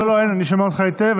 לא, לא, אין, אני שומע אותך היטב.